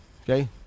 okay